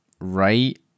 Right